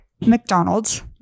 McDonald's